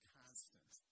constant